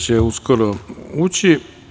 će uskoro ući.